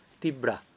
tibra